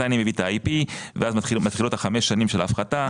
מתי אני מביא את ה-IP ואז מתחילות חמש השנים של ההפחתה.